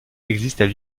existent